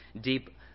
deep